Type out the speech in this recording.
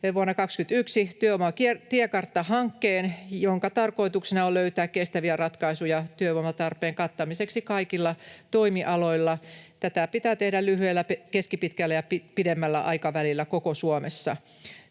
— Työvoimatiekartta-hanke, jonka tarkoituksena on löytää kestäviä ratkaisuja työvoimatarpeen kattamiseksi kaikilla toimialoilla. Tätä pitää tehdä lyhyellä, keskipitkällä ja pidemmällä aikavälillä koko Suomessa.